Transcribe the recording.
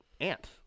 ant